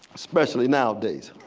especially nowadays.